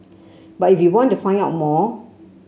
but if you want to find out more